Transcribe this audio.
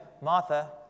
Martha